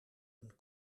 een